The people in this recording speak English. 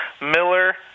Miller